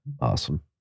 awesome